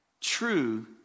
true